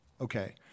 okay